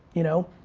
you know?